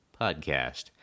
podcast